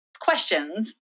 questions